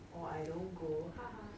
or I don't go ha ha